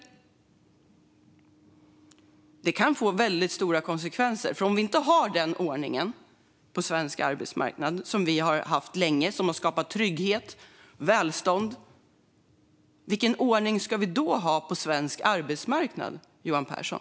Detta kan få väldigt stora konsekvenser, för om vi inte har den ordning på svensk arbetsmarknad som vi har haft länge och som har skapat trygghet och välstånd, vilken ordning ska vi då ha på svensk arbetsmarknad, Johan Pehrson?